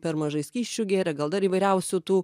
per mažai skysčių gėrė gal dar įvairiausių tų